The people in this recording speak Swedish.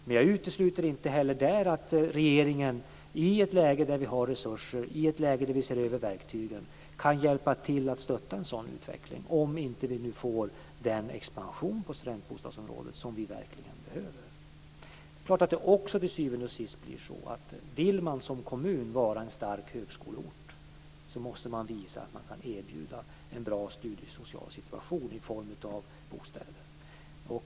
Men jag utesluter inte heller att regeringen, i ett läge där vi har resurser och ser över verktygen, kan hjälpa till att stötta en sådan utveckling om vi inte får den expansion på studentbostadsområdet som vi verkligen behöver. Men till syvende och sist är det naturligtvis så att vill man som kommun vara en stark högskoleort måste man visa att man kan erbjuda en bra studiesocial situation i form av bostäder.